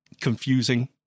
confusing